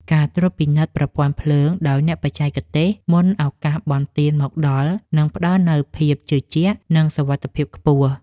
ការត្រួតពិនិត្យប្រព័ន្ធភ្លើងដោយអ្នកបច្ចេកទេសមុនឱកាសបុណ្យទានមកដល់នឹងផ្តល់នូវភាពជឿជាក់ និងសុវត្ថិភាពខ្ពស់។